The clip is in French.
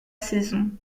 saison